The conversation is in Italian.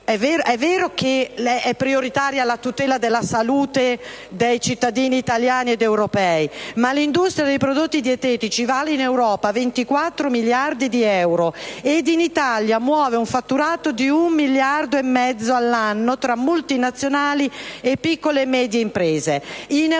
È vero che è prioritaria la tutela della salute dei cittadini italiani ed europei, ma ricordo che l'industria dei prodotti dietetici vale in Europa 24 miliardi di euro e che in Italia muove un fatturato di 1,5 miliardi di euro l'anno, tra multinazionali e piccole e medie imprese.